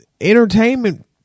entertainment